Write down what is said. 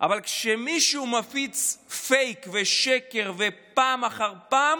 אבל כשמישהו מפיץ פייק ושקר פעם אחר פעם,